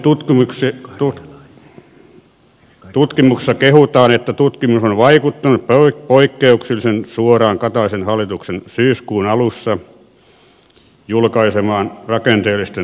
filosofi himasen tutkimuksessa kehutaan että tutkimus on vaikuttanut poikkeuksellisen suoraan kataisen hallituksen syyskuun alussa julkaisemaan rakenteellisten uudistusten pakettiin